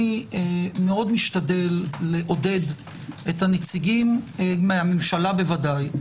אני מאוד משתדל לעודד את הנציגים מהממשלה ודאי,